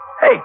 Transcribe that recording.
Hey